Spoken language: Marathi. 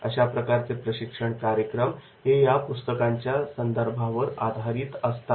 अशा प्रकारचे प्रशिक्षण कार्यक्रम हे या पुस्तकांच्या संदर्भावर आधारित असतात